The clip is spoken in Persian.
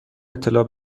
اطلاع